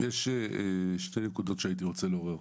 יש שתי נקודות שאני רוצה לעורר: